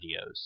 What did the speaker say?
videos